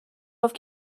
گفت